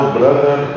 brother